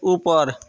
ऊपर